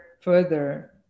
further